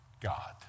God